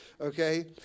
okay